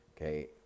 Okay